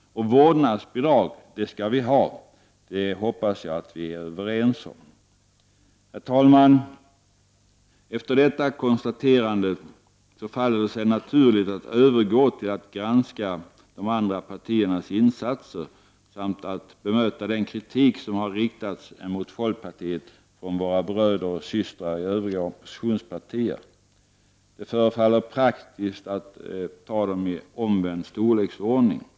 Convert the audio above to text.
Och vårdnadsbidrag skall vi ha. Det hoppas jag vi är överens om. Herr talman! Efter detta konstaterande faller det sig naturligt att övergå till att granska de andra partiernas insatser samt att bemöta den kritik som har riktats mot folkpartiet från våra bröder och systrar i övriga oppositionspartier. Det förefaller praktiskt att ta dem i omvänd storleksordning.